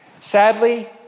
Sadly